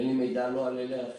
אין לי לא מידע לא על אלה,